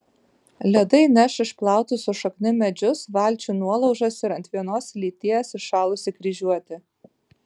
ledai neš išplautus su šaknim medžius valčių nuolaužas ir ant vienos lyties įšalusį kryžiuotį